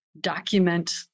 document